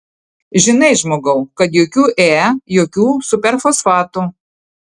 žinai žmogau kad jokių e jokių superfosfatų